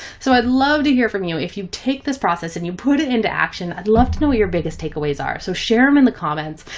so i'd love to hear from you. if you take this process and you put it into action, i'd love to know what your biggest takeaways are. so share them in the comments.